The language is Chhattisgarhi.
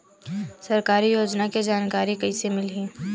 सरकारी योजना के जानकारी कइसे मिलही?